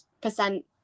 percent